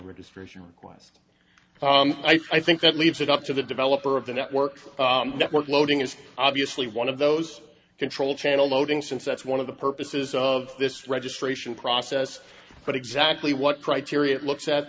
registration requests i think that leaves it up to the developer of the network for network loading is obviously one of those control channel loading since that's one of the purposes of this registration process but exactly what criteria it looks at